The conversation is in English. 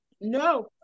No